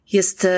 jest